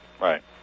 Right